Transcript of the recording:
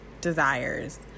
desires